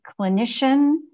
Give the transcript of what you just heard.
clinician